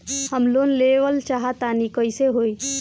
हम लोन लेवल चाह तानि कइसे होई?